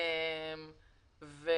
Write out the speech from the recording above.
מאוד.